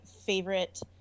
favorite